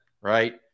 right